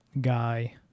guy